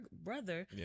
brother